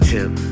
Tip